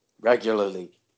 regularly